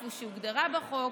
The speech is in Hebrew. כפי שהוגדרה בחוק,